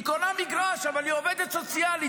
היא קונה מגרש, אבל היא עובדת סוציאלית.